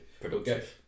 Productive